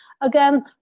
again